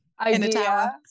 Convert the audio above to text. idea